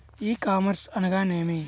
ఈ కామర్స్ అనగా నేమి?